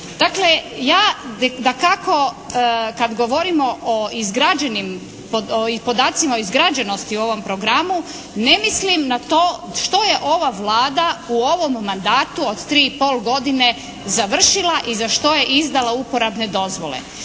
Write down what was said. Dakle ja dakako kad govorimo o izgrađenim, podacima o izgrađenosti u ovom programu ne mislim na to što je ova Vlada u ovom mandatu od tri i pol godine završila i za što je izdala uporabne dozvole.